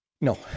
No